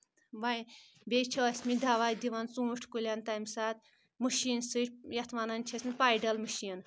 وۄنۍ بٚییہِ چھِ ٲسمٕتۍ دۄہ دِوان ژوٗنٛٹھۍ کُلؠن تَمہِ ساتہٕ مٔشیٖن سۭتۍ یتھ ونان چھِ أسۍ نہٕ پایڈل مٔشیٖن